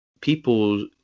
people